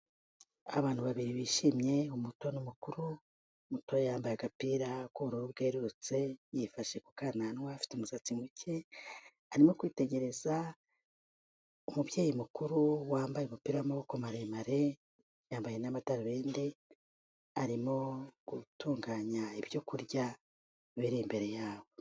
Abantu babiri bishimye, umuto n'umukuru, umuto yambaye agapira k'uburu bweherurutse yifashe ku kananwa afite umusatsi muke, arimo kwitegereza umubyeyi mukuru wambaye umupira w'amaboko maremare yambaye n'amadarubindi arimo gutunganya ibyokurya biri imbere yabo.